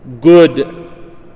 good